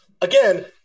again